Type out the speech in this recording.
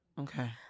Okay